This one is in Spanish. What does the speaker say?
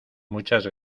muchas